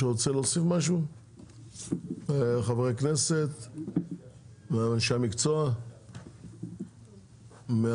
מישהו מחברי הכנסת או מאנשי המקצוע רוצה להוסיף משהו?